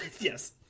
yes